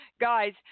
Guys